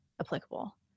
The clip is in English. applicable